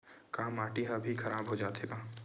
का माटी ह भी खराब हो जाथे का?